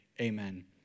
amen